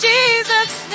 Jesus